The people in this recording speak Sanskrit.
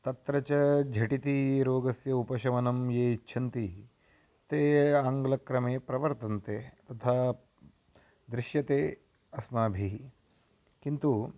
तत्र च झटिति रोगस्य उपशमनं ये इच्छन्ति ते आङ्ग्लक्रमे प्रवर्तन्ते तथा दृश्यते अस्माभिः किन्तु